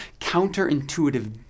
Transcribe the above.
counterintuitive